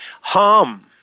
harm